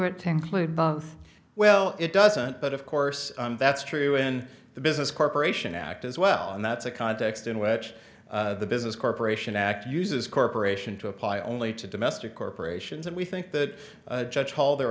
both well it doesn't but of course that's true in the business corporation act as well and that's a context in which the business corporation act uses corporation to apply only to domestic corporations and we think that judge paul the